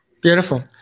Beautiful